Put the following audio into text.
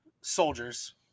soldiers